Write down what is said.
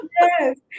yes